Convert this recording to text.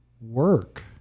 work